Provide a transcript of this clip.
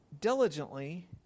diligently